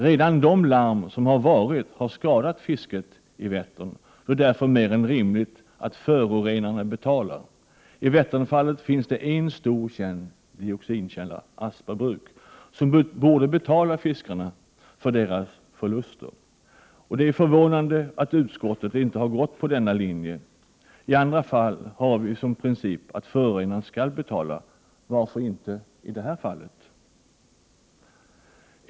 Redan de larm som har varit har skadat fisket i Vättern, och det är därför mer än rimligt att förorenarna betalar. I Vätternfallet finns det en stor känd dioxinkälla, Aspa Bruk, som borde betala fiskarna för deras förluster. Det är förvånande att utskottet inte har gått på denna linje. I andra fall har vi som princip att förorenaren skall betala. Varför icke i detta fall?